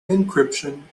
encryption